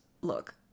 look